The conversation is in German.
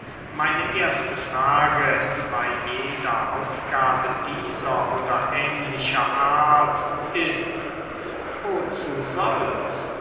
meine erste frage bey jeder aufgabe dieser oder ähnlicher art ist wozu soll's